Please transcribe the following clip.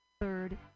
Third